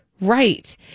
Right